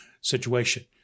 situation